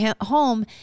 home